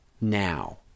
now